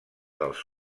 dels